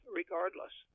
regardless